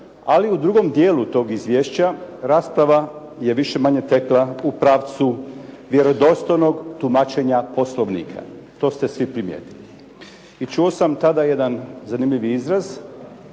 ali u drugom dijelu tog izvješća rasprava je više-manje tekla u pravcu vjerodostojnog tumačenja Poslovnika. To ste svi primijetili. I čuo sam tada jedan zanimljivi izraz